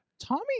Tommy